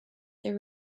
they